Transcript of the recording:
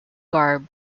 garb